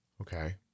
Okay